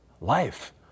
life